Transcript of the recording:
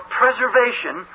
preservation